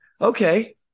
Okay